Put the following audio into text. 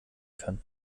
kann